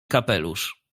kapelusz